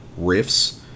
riffs